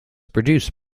produced